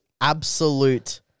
absolute